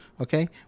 Okay